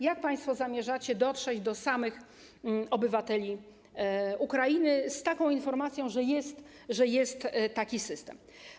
Jak państwo zamierzacie dotrzeć do samych obywateli Ukrainy z informacją, że jest taki system?